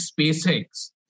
SpaceX